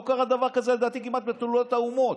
לא קרה דבר כזה, לדעתי, כמעט בתולדות האומות.